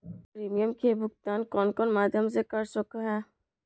Premium के भुक्तान कौन कौन माध्यम से कर सको है?